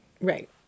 Right